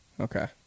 Okay